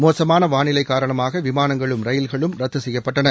மோசமான வானிலை காரணமாக விமானங்களும் ரயில்களும் ரத்து செய்யப்பட்டன